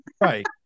Right